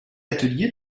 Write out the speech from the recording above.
atelier